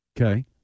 Okay